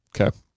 Okay